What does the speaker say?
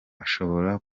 ashobora